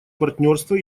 партнерство